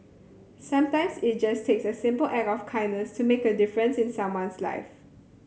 sometimes it just takes a simple act of kindness to make a difference in someone's life